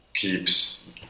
keeps